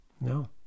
No